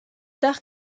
tard